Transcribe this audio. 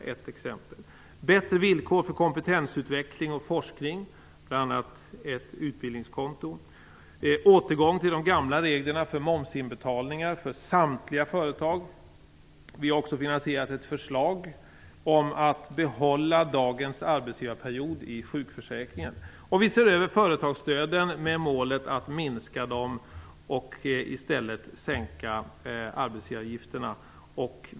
Det behövs bättre villkor för kompetensutveckling och forskning, bl.a. ett utbildningskonto. Det behövs också en återgång till de gamla reglerna för momsinbetalningar för samtliga företag. Vi har också finansierat ett förslag om att behålla dagens arbetsgivarperiod i sjukförsäkringen. Vi ser över företagsstöden, med målet att minska dem och i stället sänka arbetsgivaravgifterna.